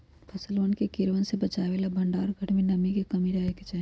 फसलवन के कीड़वन से बचावे ला भंडार घर में नमी के कमी रहे के चहि